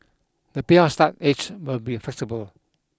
the payout start age will be flexible